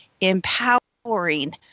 empowering